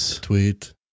Tweet